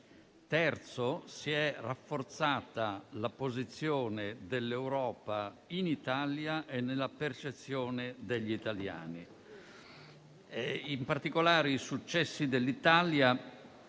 Terzo: si è rafforzata la posizione dell'Europa in Italia e nella percezione degli italiani. In particolare, i successi dell'Italia